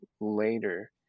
later